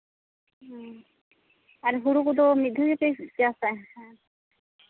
ᱦᱮᱸ ᱟᱨ ᱦᱩᱲᱩ ᱠᱚᱫᱚ ᱢᱤᱫ ᱫᱷᱟᱣ ᱜᱮᱯᱮ ᱪᱟᱥᱟ